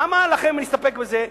למה לכם להסתפק בזה?